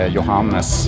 Johannes